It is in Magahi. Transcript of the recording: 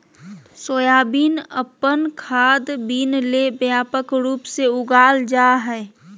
सोयाबीन अपन खाद्य बीन ले व्यापक रूप से उगाल जा हइ